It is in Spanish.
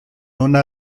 una